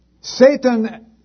Satan